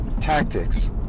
tactics